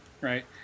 Right